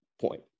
point